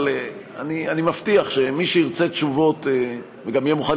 אבל אני מבטיח שמי שירצה תשובות וגם יהיה מוכן